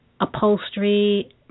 upholstery